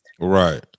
Right